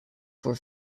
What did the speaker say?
for